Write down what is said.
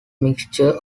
mixture